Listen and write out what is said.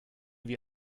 wie